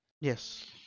Yes